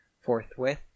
Forthwith